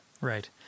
Right